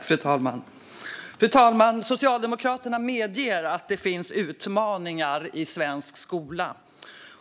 Fru talman! Socialdemokraterna medger att det finns utmaningar i svensk skola.